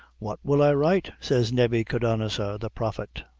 what will i write? says nebbychodanazor, the prophet.